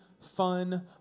fun